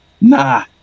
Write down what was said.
nah